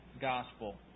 gospel